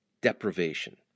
deprivation